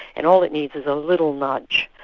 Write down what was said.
and all it needs is a little nudge,